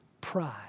pride